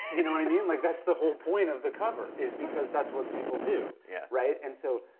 you know i mean, like that's the whole point of the cover is because that's what people do, yeah right? and so